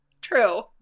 True